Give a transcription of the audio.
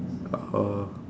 oh